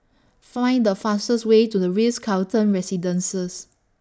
Find The fastest Way to The Ritz Carlton Residences